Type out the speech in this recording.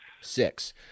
six